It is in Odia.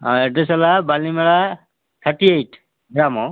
ହଁ ଆଡ଼୍ରେସ୍ ହେଲା ବାଲିମେଳା ଥାର୍ଟି ଏଇଟ୍ ଗ୍ରାମ